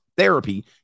therapy